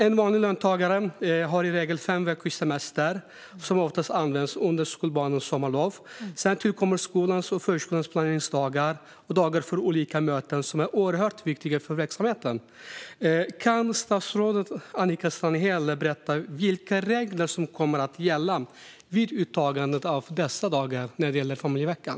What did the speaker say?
En vanlig löntagare har i regel fem veckors semester som oftast används under skolbarnens sommarlov. Sedan tillkommer skolans och förskolans planeringsdagar och dagar för olika möten, som är oerhört viktiga för verksamheten. Kan statsrådet Annika Strandhäll berätta vilka regler som kommer att gälla vid uttagandet av dagarna i familjeveckan?